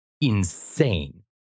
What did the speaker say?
insane